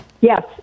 Yes